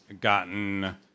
gotten